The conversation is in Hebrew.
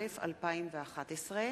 לא שלי, אך משהו טוב.